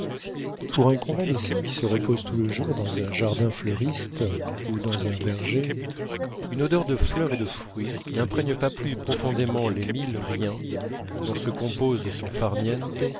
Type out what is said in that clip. pour un convalescent qui se repose tout le jour dans un jardin fleuri ou dans un verger une odeur de fleurs et de fruits n'imprègne pas plus profondément les mille riens dont se compose son farniente